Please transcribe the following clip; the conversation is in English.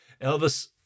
Elvis